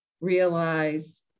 realize